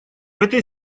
этой